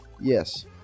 Yes